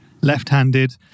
left-handed